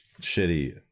shitty